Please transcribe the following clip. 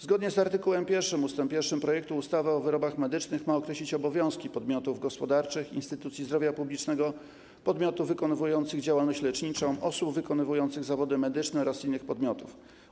Zgodnie z art. 1 ust. 1 projektu ustawa o wyrobach medycznych ma określić obowiązki podmiotów gospodarczych, instytucji zdrowia publicznego, podmiotów wykonujących działalność leczniczą, osób wykonujących zawody medyczne oraz innych podmiotów.